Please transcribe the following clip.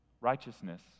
righteousness